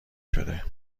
شده